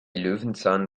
löwenzahn